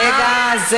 רגע.